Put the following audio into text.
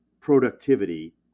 productivity